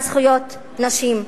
על זכויות נשים,